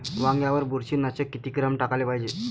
वांग्यावर बुरशी नाशक किती ग्राम टाकाले पायजे?